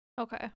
Okay